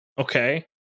Okay